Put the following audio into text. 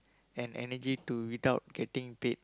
and energy to without getting paid